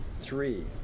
three